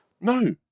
No